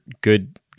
good